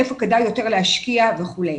איפה כדאי יותר להשקיע וכו'.